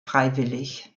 freiwillig